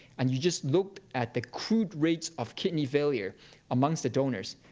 and you just looked at the crude rates of kidney failure amongst the donors,